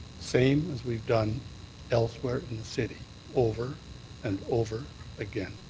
same as we've done elsewhere in the city over and over again.